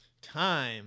time